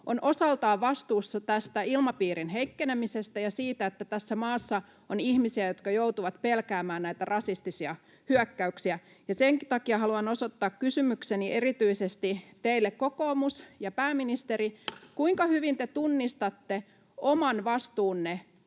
on osaltaan vastuussa tästä ilmapiirin heikkenemisestä ja siitä, että tässä maassa on ihmisiä, jotka joutuvat pelkäämään näitä rasistisia hyökkäyksiä. Senkin takia haluan osoittaa kysymykseni erityisesti teille, kokoomus ja pääministeri: kuinka hyvin te tunnistatte oman vastuunne